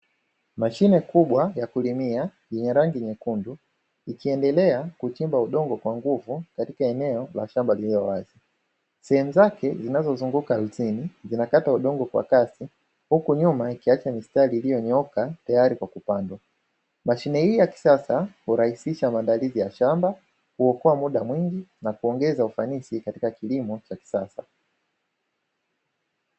Mashine kubwa ya kulimia yenye rangi nyekundu ikiendelea kuchimba udongo kwa nguvu katika eneo la shamba lililo wazi, sehemu zake inazozunguka inakata udongo kwa kasi huku nyuma ikiacha mistari iliyonyooka tayari kwa kupandwa, mashine hii ta kisasa hurahisisha maandalizi ya shamba, kuokoa muda mwingi na kuongeza ufanisi katika kilimo cha kisasa.